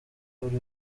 buri